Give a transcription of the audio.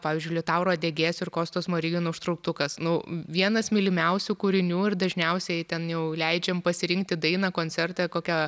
pavyzdžiui liutauro degėsio ir kosto smorigino užtrauktukas nu vienas mylimiausių kūrinių ir dažniausiai ten jau leidžiam pasirinkti dainą koncerte kokią